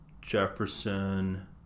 Jefferson